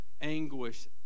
anguish